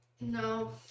No